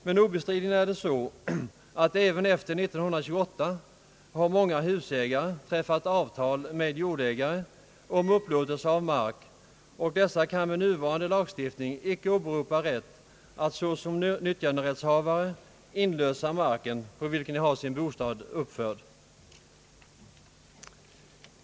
Men obestridligen har även efter år 1928 många husägare träffat avtal med jordägare om upplåtelse av mark, och dessa husägare kan med nuvarande lagstiftning inte åberopa rätt att såsom nytltjanderättshavare inlösa den mark på vilken de har sina bostäder uppförda.